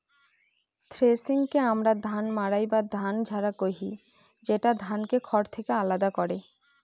থ্রেশিংকে আমরা ধান মাড়াই বা ধান ঝাড়া কহি, যেটা ধানকে খড় থেকে আলাদা করে